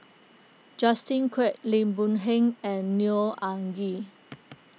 Justin Quek Lim Boon Heng and Neo Anngee